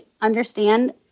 understand